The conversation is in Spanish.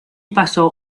pasó